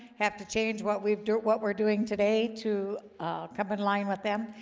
have to change what we've dirt what we're doing today to come in line with them,